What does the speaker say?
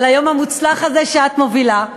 על היום המוצלח הזה שאת מובילה,